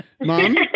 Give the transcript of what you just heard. Mom